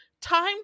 time